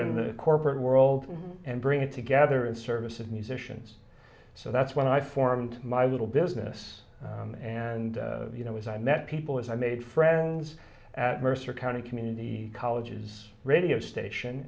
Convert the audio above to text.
in the corporate world and bring it together in service of musicians so that's when i formed my little business and you know was i met people as i made friends at mercer county community colleges radio station